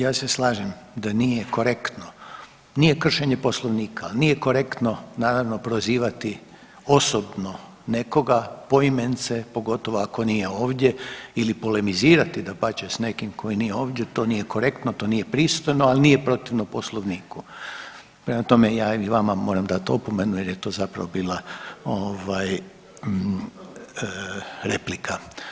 Ja se slažem da nije korektno, nije kršenje Poslovnika, ali nije korektno, naravno, prozivati osobno nekoga poimence, pogotovo ako nije ovdje ili polemizirati, dapače, s nekim tko nije ovdje, to nije korektno, to nije pristojno, ali nije protivno Poslovniku, prema tome ja i vama moram dati opomenu jer je to zapravo bila, ovaj, replika.